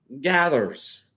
gathers